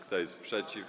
Kto jest przeciw?